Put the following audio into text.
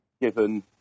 given